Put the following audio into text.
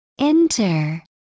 Enter